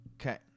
Okay